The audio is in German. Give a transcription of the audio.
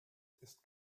ist